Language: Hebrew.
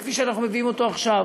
כפי שאנחנו מביאים אותו עכשיו,